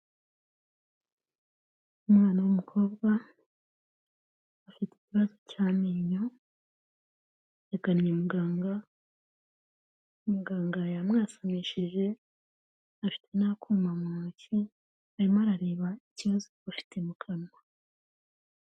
Umwana w'umukobwa afite ikibazo cy'amenyo, yagannye muganga, muganga yamwasamishije afite n'akuma mu ntoki, arimo arareba ikibazo yaba afite mu kanwa.